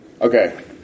Okay